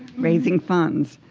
raising funds.